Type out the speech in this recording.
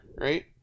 right